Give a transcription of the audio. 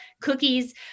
cookies